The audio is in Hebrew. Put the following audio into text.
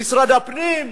במשרד הפנים.